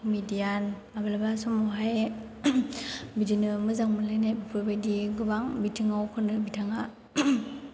comedian माब्लाबा समावहाय बिदिनो मोजां मोनलायनाय बेफोरबायदि गोबां बिथिङाव खनो बिथाङा